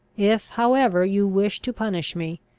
if however you wish to punish me,